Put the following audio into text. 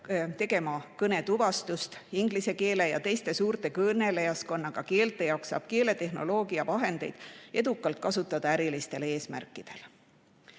tegema kõnetuvastust. Inglise keele ja teiste suure kõnelejaskonnaga keelte jaoks saab keeletehnoloogia vahendeid edukalt kasutada ärilistel eesmärkidel.